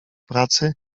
pracy